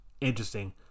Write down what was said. interesting